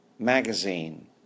magazine